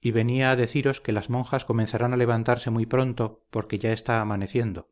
y venía a deciros que las monjas comenzarán a levantarse muy pronto porque ya está amaneciendo